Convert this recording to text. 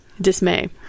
dismay